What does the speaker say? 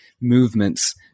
movements